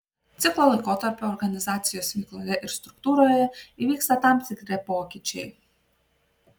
ciklo laikotarpiu organizacijos veikloje ir struktūroje įvyksta tam tikri pokyčiai